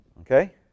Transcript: Okay